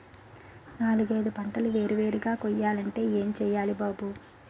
నాలుగైదు పంటలు వేరు వేరుగా కొయ్యాలంటే ఏం చెయ్యాలి బాబూ